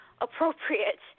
appropriate